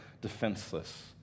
defenseless